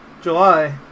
July